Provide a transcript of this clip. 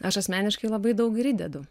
aš asmeniškai labai daug ir įdedu